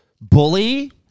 bully